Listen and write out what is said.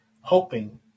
hoping